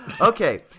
okay